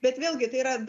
bet vėlgi tai yra